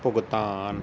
ਭੁਗਤਾਨ